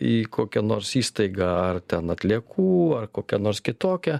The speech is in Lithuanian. į kokią nors įstaigą ar ten atliekų ar kokią nors kitokią